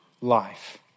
life